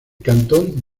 cantón